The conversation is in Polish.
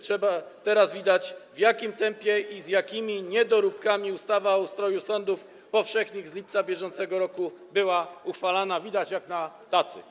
Teraz widać, w jakim tempie i z jakimi niedoróbkami ustawa o ustroju sądów powszechnych z lipca br. była uchwalana, widać jak na tacy.